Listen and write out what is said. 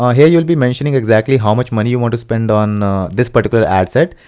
ah here you'll be mentioning exactly how much money you want to spend on this particular ad set.